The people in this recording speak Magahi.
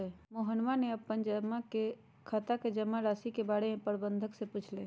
मोहनवा ने अपन खाता के जमा राशि के बारें में प्रबंधक से पूछलय